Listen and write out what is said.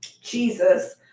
Jesus